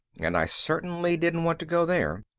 and i certainly didn't want to go there.